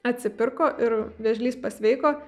atsipirko ir vėžlys pasveiko